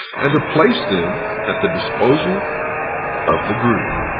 and to place them at the disposal of the group.